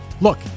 Look